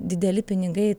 dideli pinigai